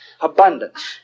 Abundance